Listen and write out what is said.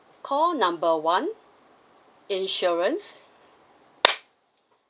call number one insurance